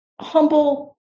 humble